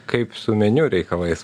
kaip su meniu reikalais